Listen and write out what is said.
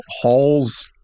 Hall's